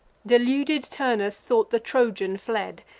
deluded turnus thought the trojan fled,